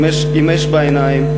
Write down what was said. עם אש בעיניים,